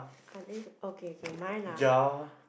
are they okay okay mine are